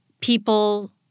people